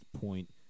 point